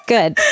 Good